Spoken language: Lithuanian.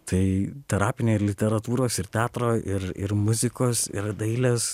tai terapinė ir literatūros ir teatro ir ir muzikos ir dailės